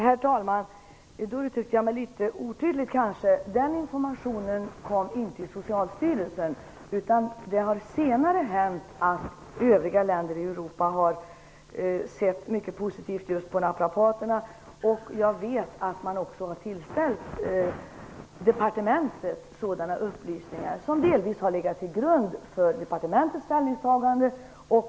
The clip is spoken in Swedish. Herr talman! Jag kanske uttryckte mig litet otydligt. Informationen kom inte till Övriga länder i Europa har sett mycket positivt just på naprapaterna. Jag vet också att det har tillställts Socialdepartementet upplysningar som delvis har legat till grund för departementets ställningstagande.